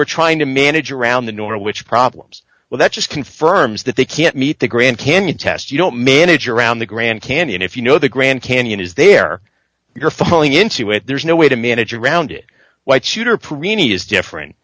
were trying to manage around the norwich problems well that just confirms that they can't meet the grand canyon test you don't manage around the grand canyon if you know the grand canyon is there you're falling into it there's no way to manage around it white shooter